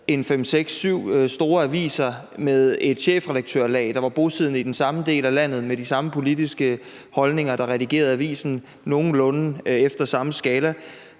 store aviser med et chefredaktørlag, som var bosiddende i den samme del af landet, som havde de samme politiske holdninger, og som redigerede avisen efter nogenlunde den samme skala,